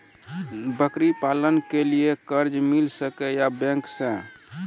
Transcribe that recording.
बकरी पालन के लिए कर्ज मिल सके या बैंक से?